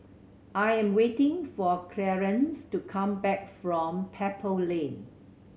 I am waiting for Clarence to come back from Pebble Lane